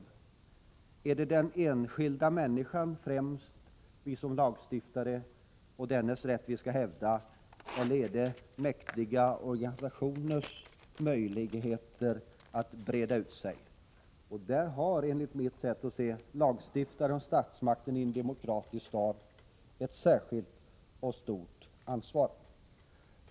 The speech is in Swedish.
Är det den enskilda människan och hennes rättigheter vi som lagstiftare främst skall hävda, eller är det mäktiga organisationers möjlighet att breda ut sig vi skall hävda? Enligt mitt sätt att se har lagstiftare och statsmakt i en demokratisk stat ett särskilt och stort ansvar i detta sammanhang.